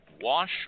wash